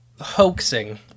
hoaxing